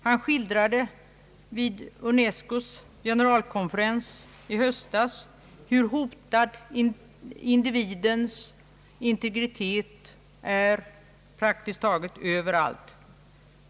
Han skildrade vid Unesco:s generalkonferens hur hotad individens integritet är praktiskt taget överallt.